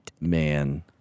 Man